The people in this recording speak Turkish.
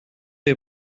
ayı